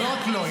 לא רק לו.